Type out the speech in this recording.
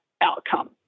outcome